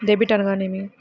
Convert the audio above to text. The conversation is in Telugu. డెబిట్ అనగానేమి?